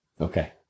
Okay